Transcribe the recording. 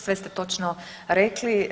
Sve ste točno rekli.